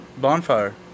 Bonfire